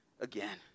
again